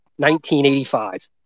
1985